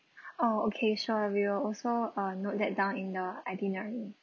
orh okay sure we will also uh note that down in the itinerary